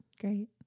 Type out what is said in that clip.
Great